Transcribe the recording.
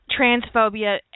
transphobia